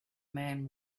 man